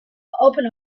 open